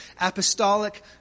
apostolic